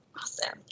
Awesome